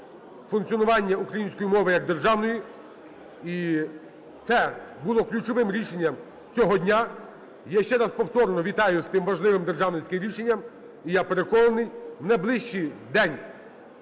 функціонування української мови як державної, і це було ключовим рішенням цього дня. Я ще раз повторно вітаю з тим важливим державницьким рішенням. І, я переконаний, в найближчий день